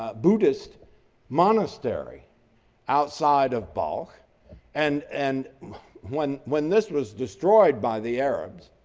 ah buddhist monastery outside of balkh and and when when this was destroyed by the arabs,